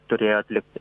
turėjo atlikti